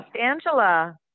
Angela